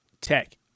tech